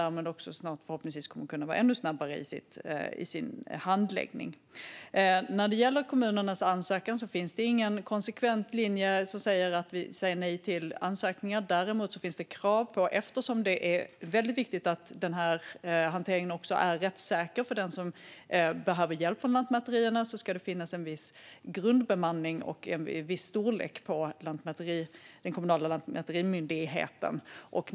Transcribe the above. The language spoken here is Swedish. Därmed kommer man förhoppningsvis snart att kunna vara ännu snabbare i sin handläggning. När det gäller kommunernas ansökningar finns det ingen konsekvent linje som säger att vi säger nej till dem. Däremot finns det krav, eftersom det är väldigt viktigt att denna hantering är rättssäker för den som behöver hjälp från lantmäterierna, på en viss grundbemanning och en viss storlek på den kommunala lantmäterimyndigheten.